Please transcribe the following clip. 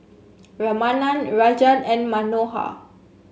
Ramanand Rajan and Manohar